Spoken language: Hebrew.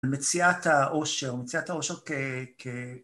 מציאת האושר, מציאת האושר כ...